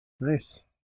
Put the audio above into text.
Nice